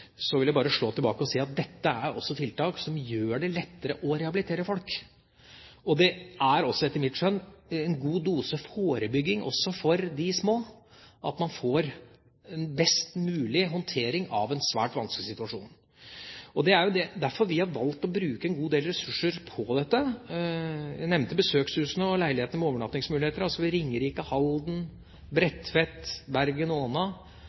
si at dette er også tiltak som gjør det lettere å rehabilitere folk. Det er etter mitt skjønn en god dose forebygging, også for de små, at man får en best mulig håndtering av en svært vanskelig situasjon. Det er derfor vi har valgt å bruke en god del ressurser på dette. Jeg nevnte besøkshusene og leilighetene med overnattingsmuligheter – altså ved Ringerike, Halden, Bredtveit, Bergen og Åna,